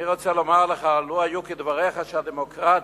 אני רוצה לומר לך, לו היה כדבריך, שהדמוקרטיה